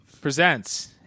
presents